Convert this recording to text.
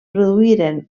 produïren